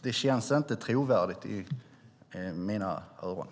Det låter inte trovärdigt i mina öron.